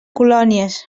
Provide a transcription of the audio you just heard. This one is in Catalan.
colònies